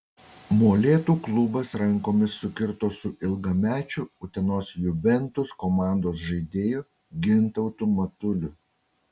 molėtų klubas rankomis sukirto su ilgamečiu utenos juventus komandos žaidėju gintautu matuliu